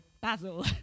basil